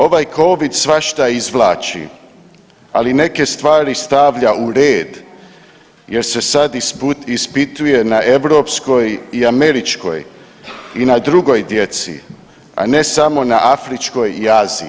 Ovaj Covid svašta izvlači, ali neke stvari stavlja u red jer se sad ispituje na europskoj i američkoj i na drugoj djeci, a ne samo na afričkoj i Aziji.